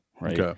right